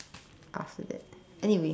after that anyway